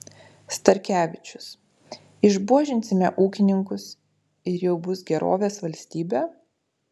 starkevičius išbuožinsime ūkininkus ir jau bus gerovės valstybė